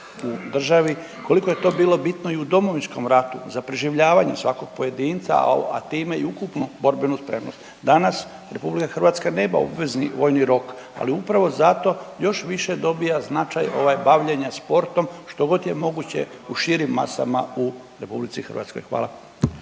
u državi, koliko je to bilo bitno i u Domovinskom ratu za preživljavanje svakog pojedinca, a time i ukupnu borbenu spremnost. Danas RH nema obvezni vojni rok, ali upravo zato još više dobija značaj ovaj, bavljenja sportom, što god je moguće u širim masama u RH. Hvala.